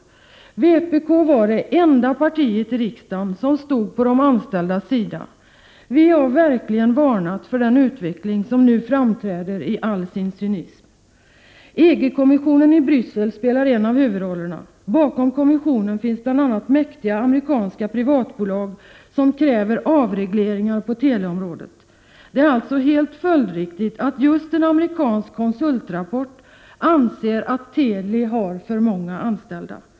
Vpk var det enda parti i riksdagen som stod på de anställdas sida. Vi har verkligen varnat för den utveckling som nu framträder i all sin cynism. EG-kommissionen i Bryssel spelar en av huvudrollerna. Bakom kommissionen finns bl.a. mäktiga amerikanska privatbolag som kräver avregleringar på teleområdet. Det är alltså helt följdriktigt att just en amerikansk konsultrapport anser att Teli har för många anställda.